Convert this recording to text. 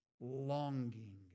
longing